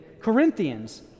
Corinthians